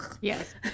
Yes